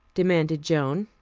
demanded joan.